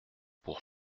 pour